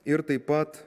ir taip pat